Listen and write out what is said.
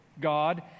God